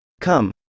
Come